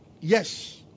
Yes